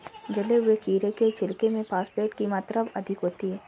जले हुए खीरे के छिलके में फॉस्फेट की मात्रा अधिक होती है